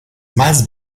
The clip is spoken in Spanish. más